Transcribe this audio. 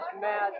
mad